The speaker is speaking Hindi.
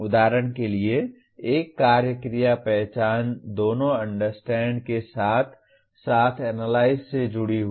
उदाहरण के लिए एक कार्य क्रिया पहचान दोनों अंडरस्टैंड के साथ साथ एनालाइज से जुड़ी हुई है